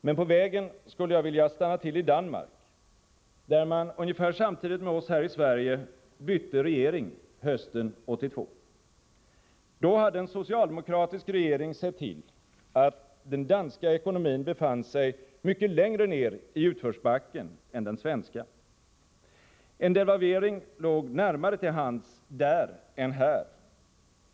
Men på vägen skulle jag vilja stanna till i Danmark, där man ungefär samtidigt med oss här i Sverige bytte regering hösten 1982. Då hade en socialdemokratisk regering sett till att den danska ekonomin befann sig mycket längre ned i utförsbacken än den svenska. En devalvering låg närmare till hands där än här.